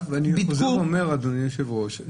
אני חוזר ואומר אדוני היושב-ראש,